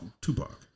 Tupac